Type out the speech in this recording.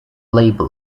label